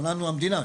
לנו למדינה,